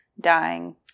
dying